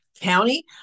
County